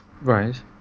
Right